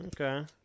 Okay